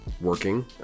working